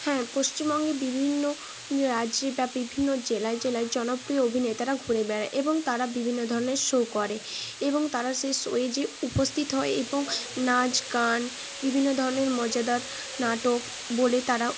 হ্যাঁ পশ্চিমবঙ্গে বিভিন্ন যে রাজ্যে বা বিভিন্ন জেলায় জেলায় জনপ্রিয় অভিনেতারা ঘুরে বেড়ায় এবং তারা বিভিন্ন ধরনের শো করে এবং তারা সেই শোয়ে যেয়ে উপস্থিত হয় এবং নাচ গান বিভিন্ন ধরনের মজাদার নাটক বলে তারা